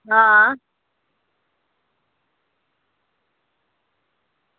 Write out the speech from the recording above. हां